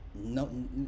no